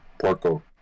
Porco